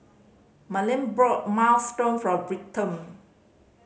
Marlen bought Minestrone for Britton